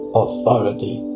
authority